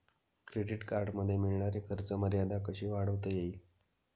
Credit कार्डमध्ये मिळणारी खर्च मर्यादा कशी वाढवता येईल?